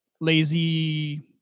lazy